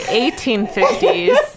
1850s